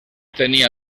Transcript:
tenía